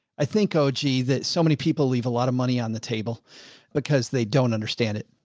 i think oh gee, that so many people leave a lot of money on the table because they don't understand it.